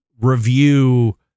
review